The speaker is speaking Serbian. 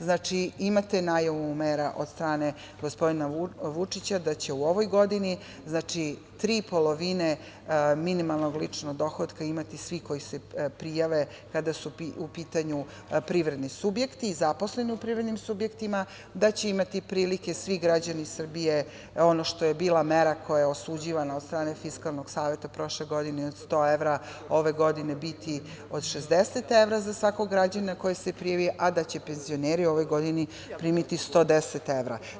Znači, imate najavu mera od strane gospodina Vučića da će u ovoj godini tri polovine minimalnog ličnog dohotka imati svi koji se prijave kada su u pitanju privredni subjekti i zaposleni u privrednim subjektima, da će imati prilike svi građani Srbije, ono što je bila mera koja je osuđivana od strane Fiskalnog saveta prošle godine od 100 evra ove godine biti od 60 evra za svakog građanina koji se prijavi, a da će penzioneri ove godine primiti 110 evra.